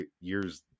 years